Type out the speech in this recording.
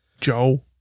Joe